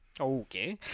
Okay